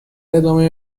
ادامه